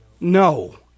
No